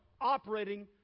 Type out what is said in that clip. operating